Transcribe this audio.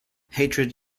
hatred